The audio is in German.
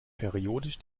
periodisch